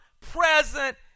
present